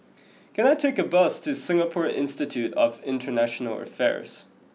can I take a bus to Singapore Institute of International Affairs